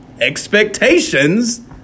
Expectations